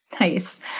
Nice